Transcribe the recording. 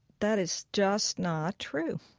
that is just not true.